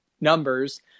numbers